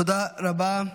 תודה רבה.